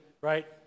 right